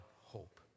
hope